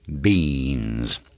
beans